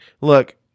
look